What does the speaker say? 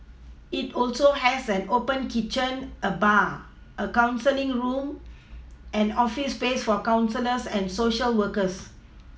it also has an open kitchen and bar a counselling room and office space for counsellors and Social workers